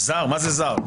מה זה "זר"?